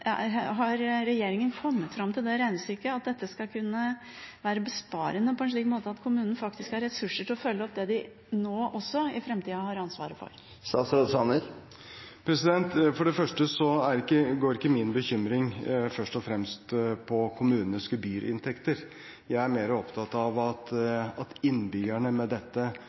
har regjeringen kommet fram til det regnestykket, at dette skal kunne være besparende på en slik måte at kommunene faktisk har ressurser til å følge opp det de også i framtida har ansvaret for? Min bekymring går ikke først og fremst på kommunenes gebyrinntekter. Jeg er mer opptatt av at innbyggerne med dette